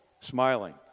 smiling